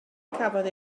cafodd